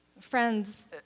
Friends